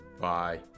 Bye